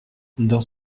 dans